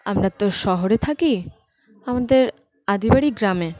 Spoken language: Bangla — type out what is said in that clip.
আমরা তো শহরে থাকি আমাদের আদি বাড়ি গ্রামে